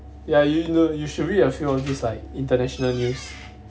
ya you know you should read like all these international news